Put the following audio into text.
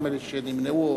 שנמנעו.